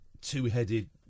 two-headed